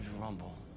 rumble